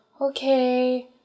okay